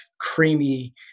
creamy